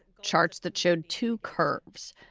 charts that showed two curves.